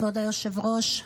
כבוד היושב-ראש,